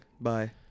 Bye